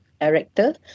director